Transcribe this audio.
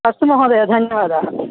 अस्तु महोदय धन्यवादाः